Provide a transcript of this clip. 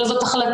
אלא זאת החלטה,